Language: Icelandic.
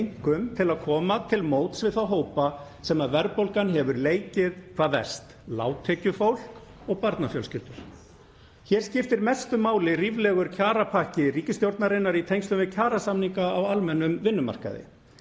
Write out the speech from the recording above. til að koma til móts við þá hópa sem verðbólgan hefur leikið hvað verst; lágtekjufólk og barnafjölskyldur. Hér skiptir mestu máli ríflegur kjarapakki ríkisstjórnarinnar í tengslum við kjarasamninga á almennum vinnumarkaði.